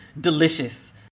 delicious